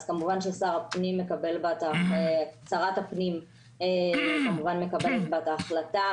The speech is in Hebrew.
אז כמובן ששרת הפנים מקבלת בה את ההחלטה,